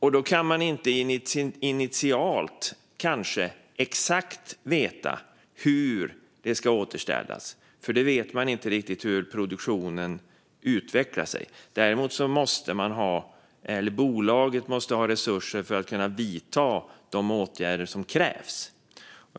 Då kan man kanske inte initialt exakt veta hur det ska återställas, eftersom man inte vet hur produktionen utvecklar sig. Däremot måste bolaget ha resurser för att kunna vidta de åtgärder som krävs.